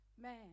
man